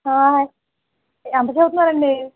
ఎంత చెప్తున్నారండీ